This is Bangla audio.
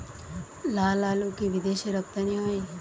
লালআলু কি বিদেশে রপ্তানি হয়?